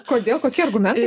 kodėl kokie argumentai